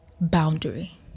boundary